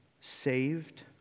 Saved